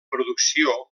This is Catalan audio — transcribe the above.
producció